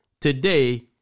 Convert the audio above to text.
today